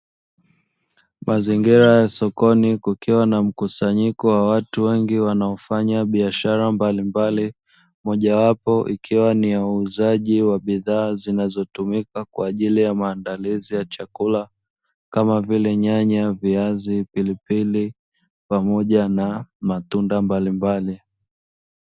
Mazingira ya sokoni kukiwa na mkusanyiko wa watu wengi wanaofanya biashara mbalimbali moja wapo ikiwa ni ya uuzaji wa bidhaa zinazotumika kwa ajili ya maandalizi ya chakula kama vile nyanya, viazi, pilipili, pamoja na matunda mbalimbali.